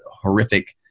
horrific